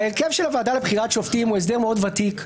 ההרכב של הוועדה לבחירת שופטים הוא הסדר מאוד ותיק.